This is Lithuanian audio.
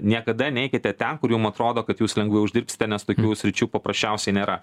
niekada neikite ten kur jum atrodo kad jūs lengvai uždirbsite nes tokių sričių paprasčiausiai nėra